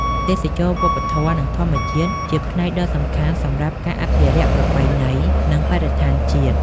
ទេសចរណ៍វប្បធម៌ និងធម្មជាតិជាផ្នែកដ៏សំខាន់សម្រាប់ការអភិរក្សប្រពៃណី និងបរិស្ថានជាតិ។